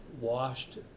washed